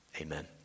Amen